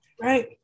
Right